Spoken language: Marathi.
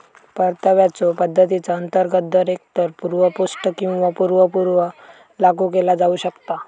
परताव्याच्यो पद्धतीचा अंतर्गत दर एकतर पूर्व पोस्ट किंवा पूर्व पूर्व लागू केला जाऊ शकता